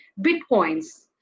bitcoins